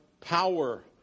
power